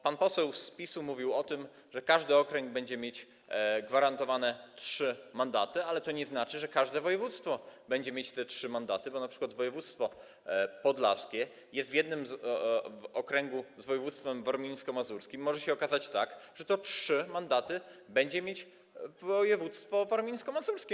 Pan poseł z PiS-u mówił o tym, że każdy okręg będzie mieć gwarantowane trzy mandaty, ale to nie znaczy, że każde województwo będzie mieć te trzy mandaty, bo np. województwo podlaskie jest w jednym okręgu z województwem warmińsko-mazurskim i może się okazać, że te trzy mandaty będzie mieć województwo warmińsko-mazurskie.